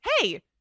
Hey